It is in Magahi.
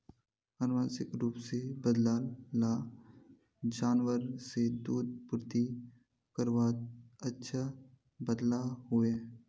आनुवांशिक रूप से बद्लाल ला जानवर से दूध पूर्ति करवात अच्छा बदलाव होइए